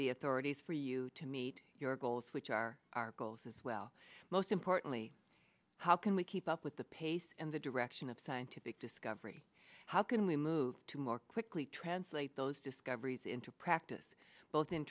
the authorities for you to meet your goals which are our goals as well most importantly how can we keep up with the pace and the direction of scientific discovery how can we move to more quickly translate those discoveries into practice both in